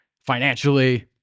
Financially